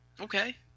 okay